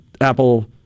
Apple